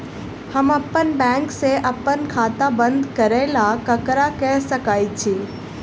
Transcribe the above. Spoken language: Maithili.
हम अप्पन बैंक सऽ अप्पन खाता बंद करै ला ककरा केह सकाई छी?